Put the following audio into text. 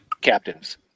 Captains